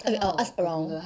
eh I'll ask around